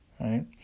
right